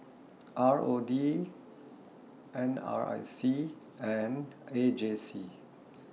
R O D N R I C and A J C